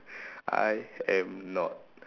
I am not